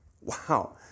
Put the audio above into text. wow